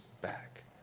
back